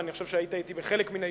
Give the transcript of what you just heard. ואני חושב שהיית אתי בחלק מן הישיבות,